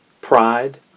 pride